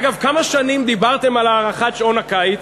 אגב, כמה שנים דיברתם על הארכת שעון הקיץ?